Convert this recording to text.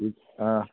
ಇದು ಹಾಂ